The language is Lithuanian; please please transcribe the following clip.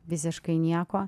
visiškai nieko